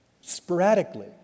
sporadically